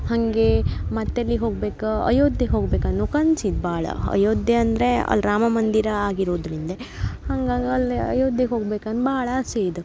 ಹಾಗೆ ಮತ್ತು ಎಲ್ಲಿಗೆ ಹೋಗ್ಬೇಕು ಅಯೋಧ್ಯೆಗೆ ಹೋಗ್ಬೇಕು ಅನ್ನೋ ಕನ್ಸು ಇತ್ತು ಭಾಳ ಅಯೋಧ್ಯ ಅಂದರೆ ಅಲ್ಲಿ ರಾಮ ಮಂದಿರ ಆಗಿರೋದರಿಂದ ಹಂಗಾಗಿ ಅಲ್ಲೇ ಅಯೋಧ್ಯೆಗೆ ಹೋಗ್ಬೇಕು ಅಂದು ಭಾಳ ಆಸೆ ಇದೆ